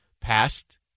past